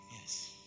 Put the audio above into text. Yes